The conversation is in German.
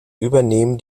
übernehmen